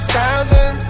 thousand